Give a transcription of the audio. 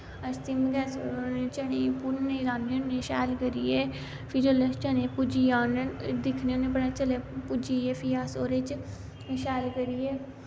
अस सटिम गैस चनेंई भुनने लान्ने होने शैल करियै फ्ही जिसलै चने भुज्जी जान दिक्खने होने भला चने भुज्जिये फ्ही अस ओह्दे च शैल करियै